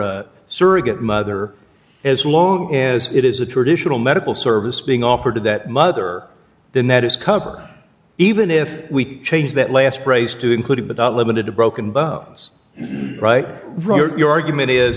a surrogate mother as long as it is a traditional medical service being offered to that mother then that is cover even if we change that last phrase to include it but not limited to broken nose and right your argument is